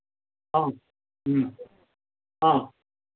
ആഹ് ഉം ആഹ്